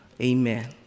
Amen